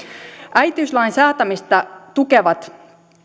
äitiyslain säätämistä tukevat